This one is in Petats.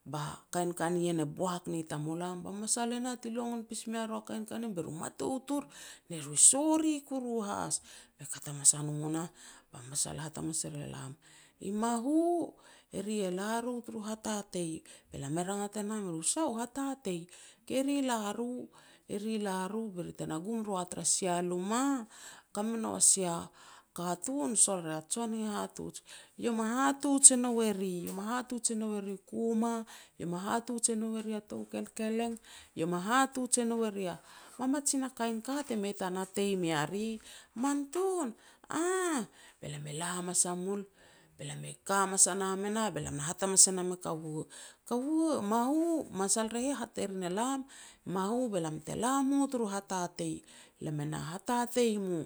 ba kain ka nien e boak ni tamulam ba masal e nah ti longon pes me ru a kain ka ien, be ru e mataut or ne ru i sori kuru has. Be kat hamas a no nah ba masal e hat hamas er e lam, "I mahu, eri e la ro turu hatatei." Be lam e rangat e nam eru, "Sah u hatatei", "Ke ri e la ro be ri te na gum ru a tara sia luma, ka me nou a sia katun, sol ria jon hihatuj, iau ma hatuj e nou e ri. Hatuj e nou eri u kuma, iau ma hatuj e nou e ri a tou kelkeleng, iau me hatuj e nou eri a mamajin a kain ka ti mei ta natei mea ri", "Man tun", "Aah." Be lam e la hamas a mul, be lam e ka hamas a nam e nah, be lam na hat hamas e nam e kaua. "Kaua, mahu, masal re heh hat e rin elam, mahu be lam te la mu tur hatatei, lam e na hatatei mu."